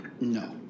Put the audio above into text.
No